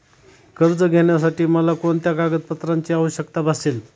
कर्ज घेण्यासाठी मला कोणत्या कागदपत्रांची आवश्यकता भासेल?